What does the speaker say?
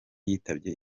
yitabye